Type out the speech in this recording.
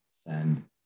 send